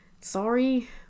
sorry